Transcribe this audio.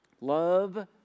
Love